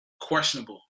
questionable